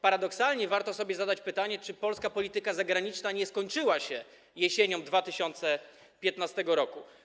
Paradoksalnie warto sobie zadać pytanie, czy polska polityka zagraniczna nie skończyła się jesienią 2015 r.